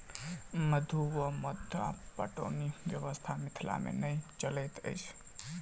मद्दु वा मद्दा पटौनी व्यवस्था मिथिला मे नै चलैत अछि